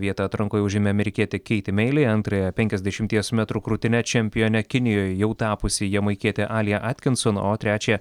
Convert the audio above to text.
vietą atrankoje užėmė amerikietė keiti meili antrąją penkiasdešimties metrų krūtine čempione kinijoje jau tapusi jamaikietė alia atkinson o trečią